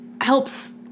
helps